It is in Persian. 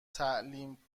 تعلیم